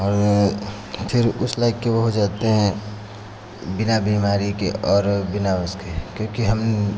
और वो फिर उस लायक के वो हो जाते हैं बिना बीमारी के और बिना उसके क्योंकि हम